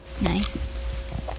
Nice